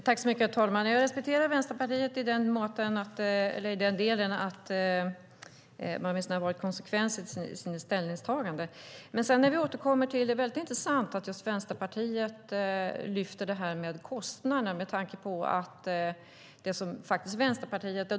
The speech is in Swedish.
Herr talman! Jag respekterar Vänsterpartiet i den delen att man åtminstone har varit konsekvent i sina ställningstaganden. Det är väldigt intressant att just Vänsterpartiet lyfter fram det här med kostnader.